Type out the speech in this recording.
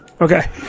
Okay